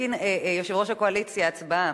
יושב-ראש הקואליציה, הצבעה.